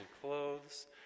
clothes